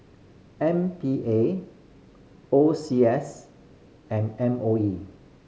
M P A O C S and M O E